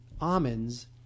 almonds